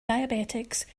diabetics